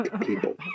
people